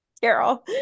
Carol